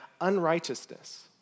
unrighteousness